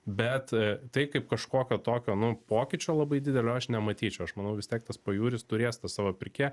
bet tai kaip kažkokio tokio nu pokyčio labai didelio aš nematyčiau aš manau vis tiek tas pajūris turės savo pirkėją